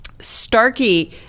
Starkey